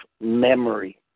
memory